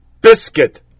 biscuit